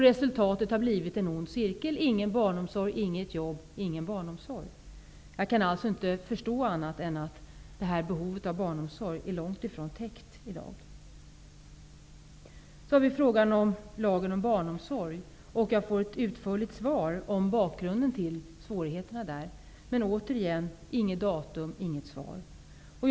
Resultatet är att en ond cirkel uppstått: Ingen barnomsorg betyder inget jobb, och inget jobb betyder ingen barnomsorg. Jag kan alltså inte se annat än att behovet av barnomsorg i dag är långt ifrån täckt. Så till frågan om lagen om barnomsorg. Jag får ett utförligt svar om bakgrunden till svårigheterna i detta avseende. Men återigen: inget datum och inget egentligt svar.